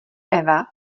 eva